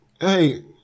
Hey